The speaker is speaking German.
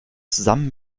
zusammen